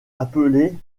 appelée